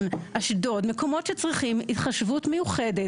לצורך העניין.